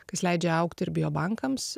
kas leidžia augti ir biobankams